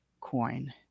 coin